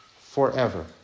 Forever